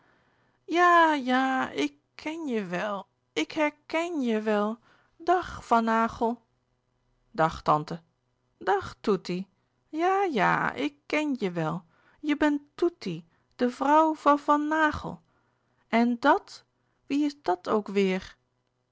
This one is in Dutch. ja ja ik ken je wel ik herken je wel dag van naghel dag tante dag toetie ja ja ik ken je wel je bent toetie de vrouw van van naghel en dàt wie is dat ook weêr